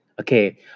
Okay